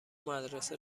مدرسه